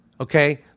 Okay